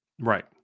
Right